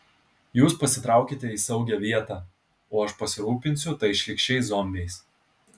jūs pasitraukite į saugią vietą o aš pasirūpinsiu tais šlykščiais zombiais